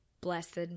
blessed